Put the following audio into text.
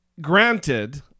granted